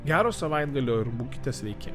gero savaitgalio ir būkite sveiki